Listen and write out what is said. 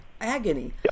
agony